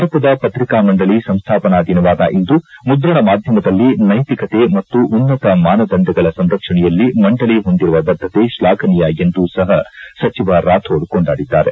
ಭಾರತದ ಪತ್ರಿಕಾ ಮಂಡಳಿ ಸಂಸ್ಥಾಪನಾ ದಿನವಾದ ಇಂದು ಮುದ್ರಣ ಮಾಧ್ಯಮದಲ್ಲಿ ನೈತಿಕತೆ ಮತ್ತು ಉನ್ನತ ಮಾನದಂಡಗಳ ಸಂರಕ್ಷಣೆಯಲ್ಲಿ ಮಂಡಳಿ ಹೊಂದಿರುವ ಬದ್ಧತೆ ಶ್ಲಾಘನೀಯ ಎಂದೂ ಸಹ ಸಚಿವ ರಾಥೋಡ್ ಕೊಂಡಾಡಿದ್ದಾರೆ